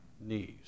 knees